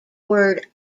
word